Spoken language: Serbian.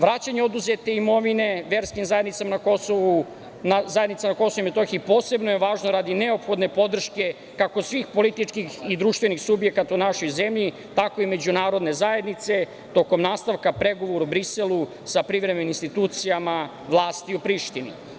Vraćanje oduzete imovine verskim zajednicama na KiM posebno je važno radi neophodne podrške kako svih političkih i društvenih subjekata u našoj zemlji, tako i međunarodne zajednice tokom nastavka pregovora u Briselu sa privremenim institucijama vlasti u Prištini.